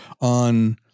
on